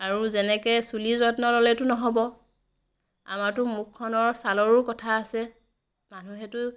আৰু যেনেকৈ চুলিৰ যত্ন ল'লেতো নহ'ব আমাৰতো মুখখনৰ ছালৰো কথা আছে মানুহেতো